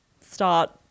start